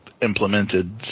implemented